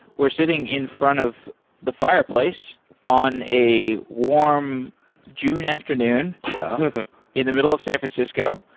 we're sitting in front of the fireplace on a warm june afternoon in the middle of san francisco.